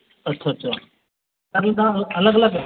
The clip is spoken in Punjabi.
ਅੱਛਾ ਅੱਛਾ ਦਾ ਅਲੱਗ ਅਲੱਗ